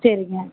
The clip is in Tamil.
சரிங்க